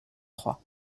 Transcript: trois